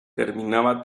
terminaba